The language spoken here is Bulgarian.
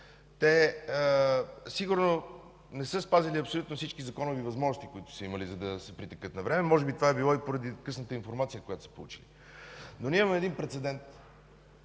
Те сигурно не са спазили абсолютно всички законови възможности, които са имали, за да се притекат навреме. Може би това е било и поради късната информация, която са получили. Ние имаме един прецедент,